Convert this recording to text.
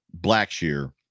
Blackshear